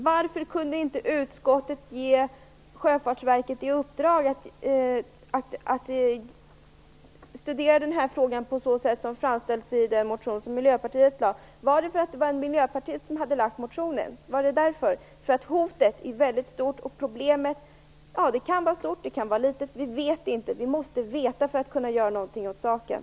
Varför kunde inte utskottet ge Sjöfartsverket i uppdrag att studera den här frågan på det sätt som anges i den motion som Miljöpartiet väckt? Berodde det på att det var Miljöpartiet som hade väckt motionen? Hotet är väldigt stort, och vi vet inte om problemet är stort eller litet. Vi måste veta det för att kunna göra någonting åt saken.